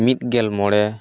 ᱢᱤᱫᱜᱮᱞ ᱢᱚᱬᱮ